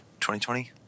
2020